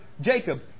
Jacob